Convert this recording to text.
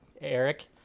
Eric